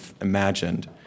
imagined